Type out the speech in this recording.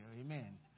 amen